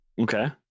Okay